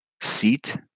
seat